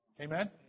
Amen